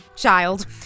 child